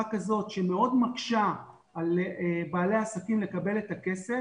כזאת שמאוד מקשה על בעלי עסקים לקבל את הכסף.